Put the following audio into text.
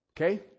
Okay